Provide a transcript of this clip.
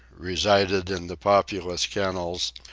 resided in the populous kennels,